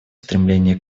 стремление